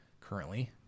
currently